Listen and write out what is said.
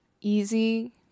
easy